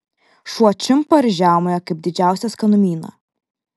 šuo čiumpa ir žiaumoja kaip didžiausią skanumyną